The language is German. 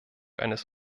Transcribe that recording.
eines